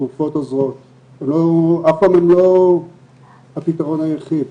תרופות עוזרות, אף פעם הן לא הפתרון היחיד.